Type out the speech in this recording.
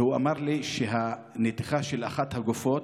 והוא אמר לי שהנתיחה של אחת הגופות